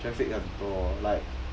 traffic 很多 like